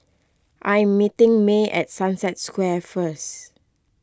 I am meeting May at Sunset Square first